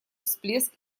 всплеск